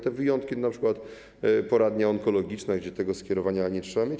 Te wyjątki to np. poradnia onkologiczna, gdzie tego skierowania nie trzeba mieć.